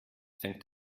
fängt